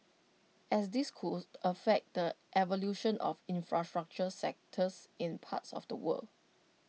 as this could affect the evolution of infrastructure sectors in parts of the world